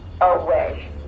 away